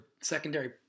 secondary